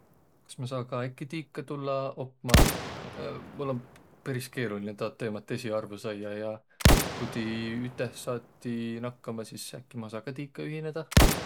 Kas ma saa ka äkki tiika tullaq opma? Mul om peris keerolinõ taad teemat esiq arvo saiaq ja ku ti üteh saati nakkama, sis äkki ma saa ka tiika ühinedäq?